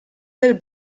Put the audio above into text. del